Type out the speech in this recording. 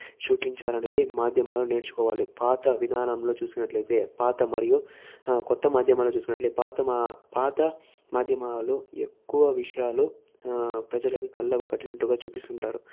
చూపించాలనేది మాధ్యమాలు నేర్చుకోవాలి పాత విధానంలో చూసినట్లయితే పాత మరియు కొత్త మాధ్యమాలలో చూసినట్లయితే పాత పాత మాధ్యమాలలో ఎక్కువ విషయాలు ప్రజలకు కళ్ళకు కట్టినట్లుగా చూపిస్తుంటారు